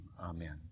Amen